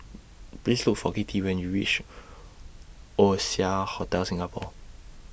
Please Look For Kitty when YOU REACH Oasia Hotel Singapore